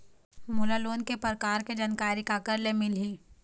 मोला लोन के प्रकार के जानकारी काकर ले मिल ही?